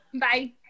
Bye